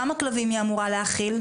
כמה כלבים היא אמורה להכיל?